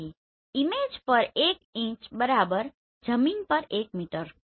તેથી ઈમેજ પર એક ઇંચ જમીન પર 1 મીટર